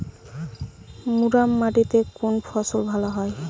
মুরাম মাটিতে কোন ফসল ভালো হয়?